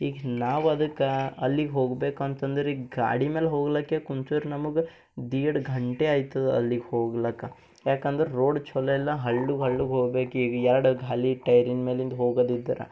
ಈಗ ನಾವು ಅದಕ್ಕೆ ಅಲ್ಲಿಗೆ ಹೋಗ್ಬೇಕು ಅಂತಂದ್ರೆ ಈಗ ಗಾಡಿ ಮೇಲೆ ಹೋಗ್ಲಿಕ್ಕೆ ಕುಂತಿರೋ ನಮ್ಗೆ ಧೀಡ್ ಗಂಟೆ ಆಯ್ತದೆ ಅಲ್ಲಿಗೆ ಹೋಗ್ಲಿಕ್ಕ ಯಾಕಂದರೆ ರೋಡ್ ಛಲೋ ಇಲ್ಲ ಹಳ್ಳು ಹಳ್ಳುಗ್ ಹೋಗ್ಬೇಕು ಈದ್ ಎರಡು ಗಾಲಿ ಟೈರಿಂದ ಮೇಲಿದ್ ಹೋಗುದಿದ್ರೆ